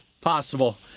possible